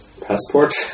passport